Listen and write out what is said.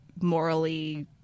morally